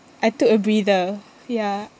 I took a breather ya